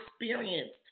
experienced